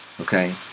Okay